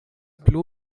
plu